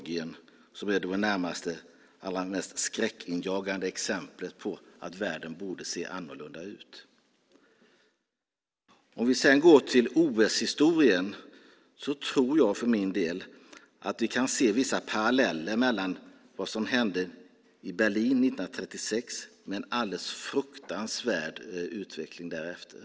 Det är det allra mest skräckinjagande exemplet på att världen borde se annorlunda ut. Om vi sedan går till OS-historien tror jag för min del att vi kan se vissa paralleller till vad som hände i Berlin 1936. Det var en alldeles fruktansvärd utveckling därefter.